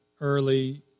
early